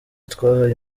twahaye